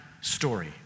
story